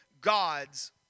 God's